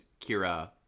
Kira